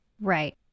Right